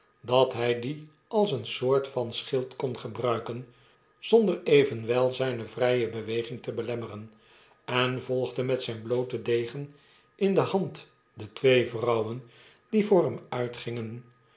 dat hij dien als eene soortvan schild kon gebruiken zonder evenwel zijne vrije beweging te belemmeren en volgde met zijn blooten degen in de hand de twee vrouwen die voor hem uitgingen